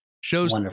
shows